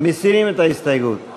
מסירים את ההסתייגות.